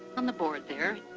on the board there,